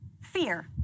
fear